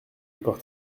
encore